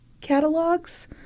catalogs